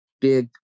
big